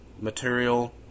material